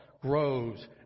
grows